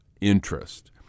interest